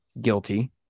guilty